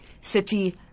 city